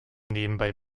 nebenbei